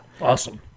Awesome